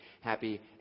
Happy